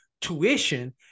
tuition